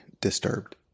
disturbed